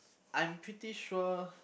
I'm pretty sure